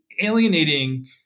alienating